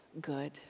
good